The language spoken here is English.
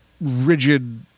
rigid